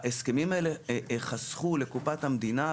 ההסכמים האלה חסכו לקופת המדינה,